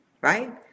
right